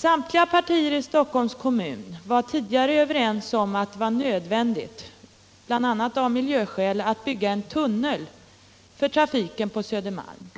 Samtliga partier i Stockholms kommun var tidigare överens om att det — bl.a. av miljöskäl — var nödvändigt att bygga en tunnel för trafiken — Om principerna för på Södermalm.